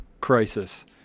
crisis